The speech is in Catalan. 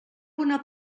una